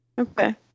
Okay